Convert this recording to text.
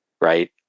right